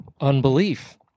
Unbelief